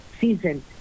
season